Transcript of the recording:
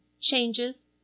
changes